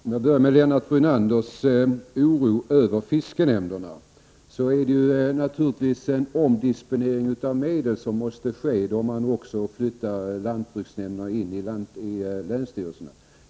Herr talman! Jag börjar med att kommentera Lennart Brunanders oro över fiskenämnderna. Det rör sig naturligtvis om en omdisponering av medel som måste ske då man flyttar lantbruksnämnderna in under länsstyrelserna.